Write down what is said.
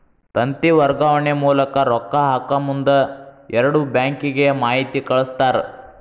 ತಂತಿ ವರ್ಗಾವಣೆ ಮೂಲಕ ರೊಕ್ಕಾ ಹಾಕಮುಂದ ಎರಡು ಬ್ಯಾಂಕಿಗೆ ಮಾಹಿತಿ ಕಳಸ್ತಾರ